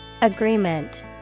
Agreement